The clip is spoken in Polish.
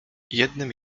jednym